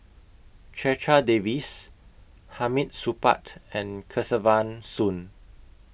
Checha Davies Hamid Supaat and Kesavan Soon